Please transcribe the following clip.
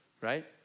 right